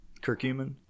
curcumin